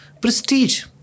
prestige